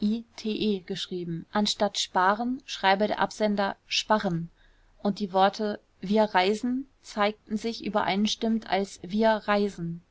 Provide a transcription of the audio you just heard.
geschrieben anstatt sparen schreibe der absender sparren und die worte wir reisen zeigten sich übereinstimmend als wir reisen